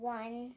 one